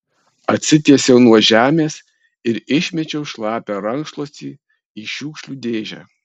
atsitiesiau nuo žemės ir išmečiau šlapią rankšluostį į šiukšlių dėžę